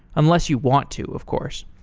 unless you want to, of course.